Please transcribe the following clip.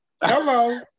Hello